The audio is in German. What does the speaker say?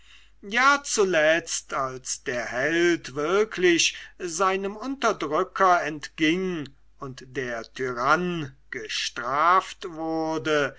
ja zuletzt als der held wirklich seinem unterdrücker entging und der tyrann gestraft wurde